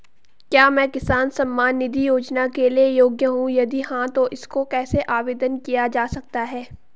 क्या मैं किसान सम्मान निधि योजना के लिए योग्य हूँ यदि हाँ तो इसको कैसे आवेदन किया जा सकता है?